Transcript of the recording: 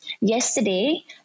yesterday